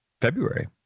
february